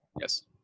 Yes